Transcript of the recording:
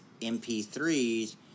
MP3s